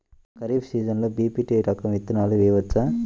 ఖరీఫ్ సీజన్లో బి.పీ.టీ రకం విత్తనాలు వేయవచ్చా?